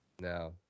No